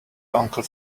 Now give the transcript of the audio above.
uncle